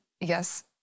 Yes